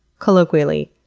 colloquially,